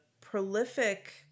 prolific